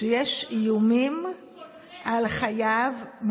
שיש איומים על חייו, קונקרטיים.